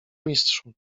mistrzu